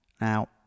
Now